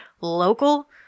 local